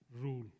rule